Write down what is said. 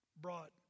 brought